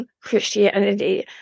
Christianity